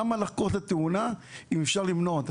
למה לחקור את התאונה אם אפשר למנוע אותה?